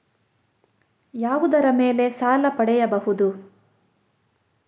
ಯಾವುದರ ಮೇಲೆ ಸಾಲ ಪಡೆಯಬಹುದು?